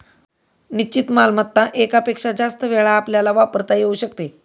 निश्चित मालमत्ता एकापेक्षा जास्त वेळा आपल्याला वापरता येऊ शकते